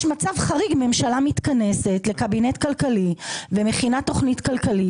מצב חריג ממשלה מתכנסת לקבינט כלכלי ומכינה תכנית כלכלית